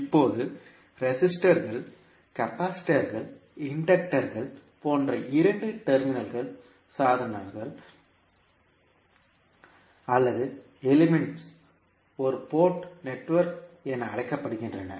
இப்போது ரெஸிஸ்டர்க ள் கெபாசிட்டர்கள் இன்டக்டர்கள் போன்ற இரண்டு டெர்மினல் சாதனங்கள் அல்லது எலிமெண்ட்ஸ் ஒரு போர்ட் நெட்வொர்க் என அழைக்கப்படுகின்றன